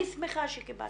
אני שמחה שקיבלתם את ההצעה.